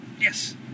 Yes